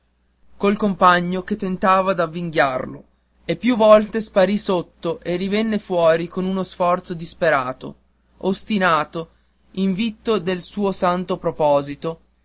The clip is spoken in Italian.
col compagno che tentava d'avvinghiarlo e più volte sparì sotto e rivenne fuori con uno sforzo disperato ostinato invitto nel suo santo proposito